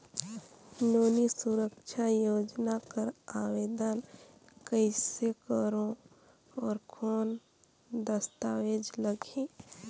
नोनी सुरक्षा योजना कर आवेदन कइसे करो? और कौन दस्तावेज लगही?